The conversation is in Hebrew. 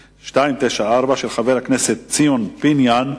מס' 294 של חבר הכנסת ציון פיניאן,